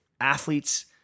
athletes